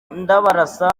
ndabarasa